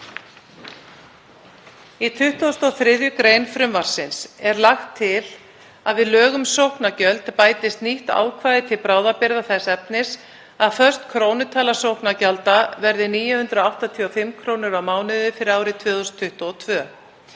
Í 23. gr. frumvarpsins er lagt til að við lög um sóknargjöld bætist nýtt ákvæði til bráðabirgða þess efnis að föst krónutala sóknargjalda verði 985 kr. á mánuði árið 2022